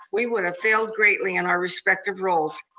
we would have failed greatly in our respective roles.